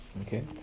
Okay